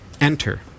Enter